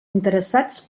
interessats